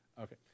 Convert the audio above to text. okay